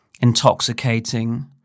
intoxicating